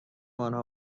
آنها